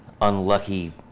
unlucky